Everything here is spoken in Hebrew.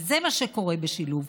וזה מה שקורה בשילוב.